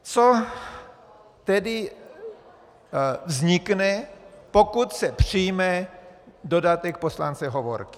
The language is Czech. Co tedy vznikne, pokud se přijme dodatek poslance Hovorky?